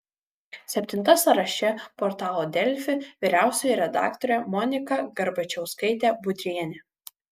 septinta sąraše portalo delfi vyriausioji redaktorė monika garbačiauskaitė budrienė